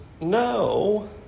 no